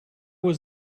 was